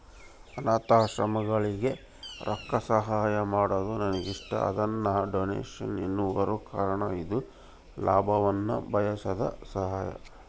ಅನಾಥಾಶ್ರಮಗಳಿಗೆ ರೊಕ್ಕಸಹಾಯಾನ ಮಾಡೊದು ನನಗಿಷ್ಟ, ಅದನ್ನ ಡೊನೇಷನ್ ಎನ್ನುವರು ಕಾರಣ ಇದು ಲಾಭವನ್ನ ಬಯಸದ ಸಹಾಯ